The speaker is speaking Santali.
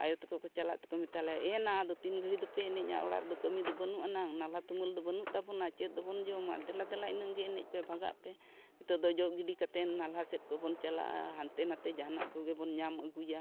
ᱟᱭᱳ ᱛᱮᱠᱚ ᱠᱚ ᱪᱟᱞᱟᱜ ᱛᱮᱠᱚ ᱢᱮᱛᱟᱞᱮ ᱮᱻ ᱱᱟ ᱟᱫᱚ ᱛᱤᱱ ᱜᱷᱟᱹᱲᱤ ᱫᱚᱯᱮ ᱮᱱᱮᱡᱼᱟ ᱚᱲᱟᱜ ᱫᱚ ᱠᱟᱹᱢᱤ ᱫᱚ ᱵᱟᱹᱱᱩᱜ ᱟᱱᱟᱝ ᱱᱟᱞᱦᱟ ᱛᱩᱢᱟᱹᱞ ᱫᱚ ᱵᱟᱹᱱᱩᱜ ᱛᱟᱵᱚᱱᱟ ᱪᱮᱫ ᱫᱚᱵᱚᱱ ᱡᱚᱢᱟ ᱫᱮᱞᱟ ᱫᱮᱞᱟ ᱤᱱᱟᱹᱜ ᱜᱮ ᱮᱱᱮᱡ ᱯᱮ ᱵᱷᱟᱜᱟᱜ ᱯᱮ ᱱᱤᱛᱳᱜ ᱫᱚ ᱡᱚᱜ ᱜᱤᱰᱤ ᱠᱟᱛᱮ ᱱᱟᱞᱦᱟ ᱥᱮᱡ ᱠᱚᱵᱚᱱ ᱪᱟᱞᱟᱜᱼᱟ ᱦᱟᱱᱛᱮ ᱱᱟᱛᱮ ᱡᱟᱦᱟᱱᱟᱜ ᱠᱚᱜᱮ ᱵᱚᱱ ᱧᱟᱢ ᱟᱹᱜᱩᱭᱟ